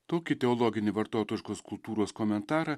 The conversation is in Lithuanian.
tokį teologinį vartotojiškos kultūros komentarą